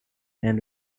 and